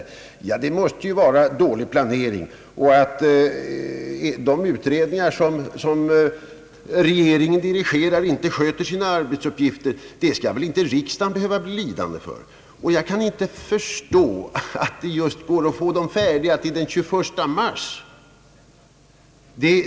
Ja, det måste vara dålig planering. Och riksdagen skall väl inte behöva bli lidande för att de utredningar, som regeringen dirigerar, inte sköter sina arbetsuppgifter. Jag kan inte förstå att det går att få propositionerna färdiga just till den 21 mars!